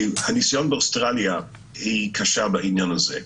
הניסיון באוסטרליה הוא קשה בעניין הזה.